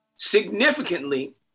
significantly